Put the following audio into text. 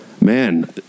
man